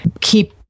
keep